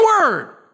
word